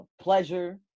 pleasure